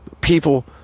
People